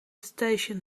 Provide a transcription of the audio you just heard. station